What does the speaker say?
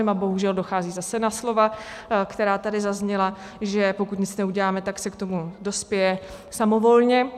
A bohužel dochází zase na slova, která tady zazněla, že pokud nic neuděláme, tak se k tomu dospěje samovolně.